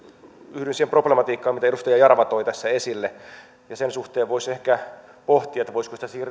yhdyn siihen problematiikkaan mitä edustaja jarva toi tässä esille sen suhteen voisi ehkä pohtia voisiko sitä